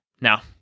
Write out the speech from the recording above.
Now